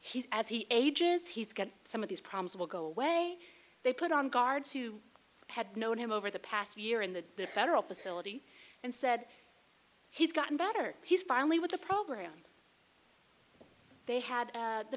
he's as he ages he's got some of these problems will go away they put on guard too had known him over the past year in the federal facility and said he's gotten better he's finally with the program they had